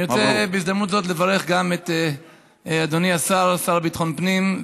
אני רוצה בהזדמנות זו לברך גם את אדוני השר לביטחון פנים,